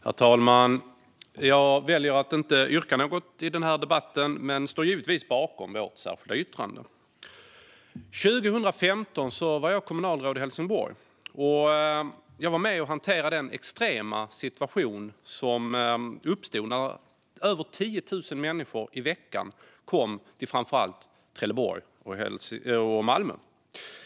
Herr talman! Jag väljer att inte göra något yrkande i den här debatten, men jag står givetvis bakom vårt särskilda yttrande. År 2015 var jag kommunalråd i Helsingborg. Jag var med och hanterade den extrema situation som uppstod när över 10 000 människor i veckan kom till framför allt Trelleborg och Malmö.